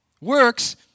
Works